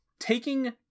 Taking